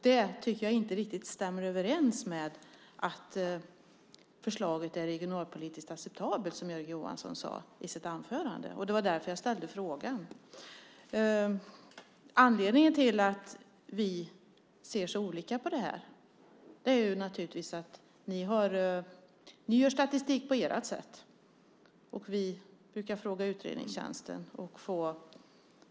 Det tycker jag inte riktigt stämmer överens med att förslaget skulle vara regionalpolitiskt acceptabelt, som Jörgen Johansson sade i sitt anförande. Det var därför jag ställde frågan. Anledningen till att vi ser så olika på det här är naturligtvis att ni gör statistik på ert sätt, medan vi brukar fråga utredningstjänsten.